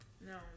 No